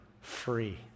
free